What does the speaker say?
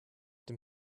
dem